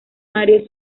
mario